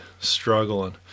struggling